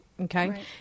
Okay